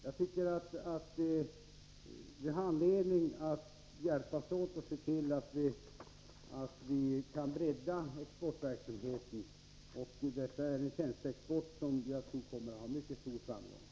Jag tycker att vi har anledning att hjälpas åt och se till att vi kan bredda exportverksamheten. Detta är en tjänsteexport som jag tror kommer att ha mycket stor framgång.